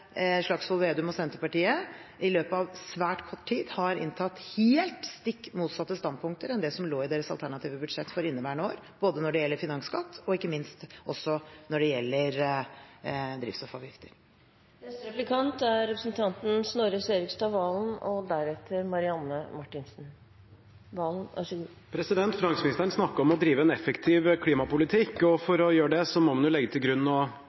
Slagsvold Vedum og Senterpartiet i løpet av svært kort tid har inntatt helt stikk motsatte standpunkter enn det som lå i deres alternative budsjett for inneværende år, både når det gjelder finansskatt, og – ikke minst – når det gjelder drivstoffavgifter. Finansministeren snakket om å drive en effektiv klimapolitikk. For å gjøre det må man legge til grunn og mene at menneskeskapte klimaendringer er et problem. Men den nå